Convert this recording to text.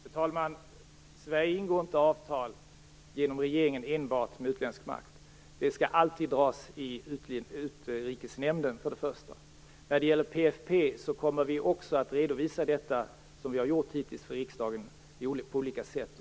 Fru talman! Sverige ingår inte enbart genom regeringen avtal med utländsk makt. Sådana skall först och främst alltid tas upp i Utrikesnämnden. När det gäller PFF kommer vi, liksom vi tidigare har gjort, att lämna redovisning till riksdagen på olika sätt.